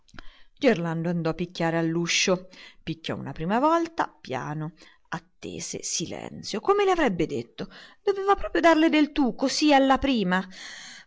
gerlando andò a picchiare all'uscio picchiò una prima volta piano attese silenzio come le avrebbe detto doveva proprio darle del tu così alla prima